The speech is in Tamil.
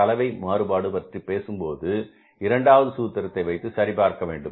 கலவை மாறுபாடு பற்றிப் பேசும்போது இரண்டாவது சூத்திரத்தை வைத்து சரி பார்க்க வேண்டும்